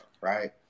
right